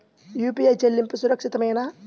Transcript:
UPI చెల్లింపు సురక్షితమేనా?